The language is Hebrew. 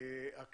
אם אפשר ממך,